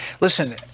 Listen